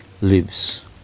lives